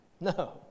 No